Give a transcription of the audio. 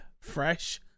fresh